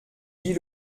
lit